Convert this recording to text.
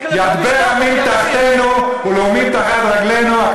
ידבר עמים תחתינו ולאומים תחת רגלינו, אחדות.